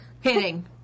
Hitting